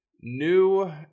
new